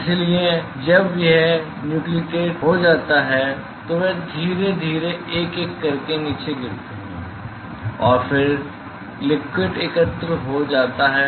इसलिए जब यह न्यूक्लियेटेड हो जाता है तो वे धीरे धीरे एक एक करके नीचे गिरते हैं और फिर लिक्विड एकत्र हो जाता है